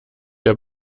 der